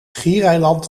schiereiland